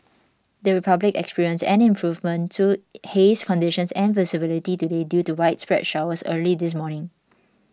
the Republic experienced an improvement to haze conditions and visibility today due to widespread showers early this morning